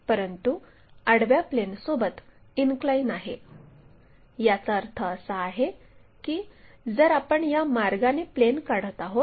परंतु आडव्या प्लेनसोबत इनक्लाइन आहे याचा अर्थ असा आहे की जर आपण या मार्गाने प्लेन काढत आहोत